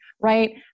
right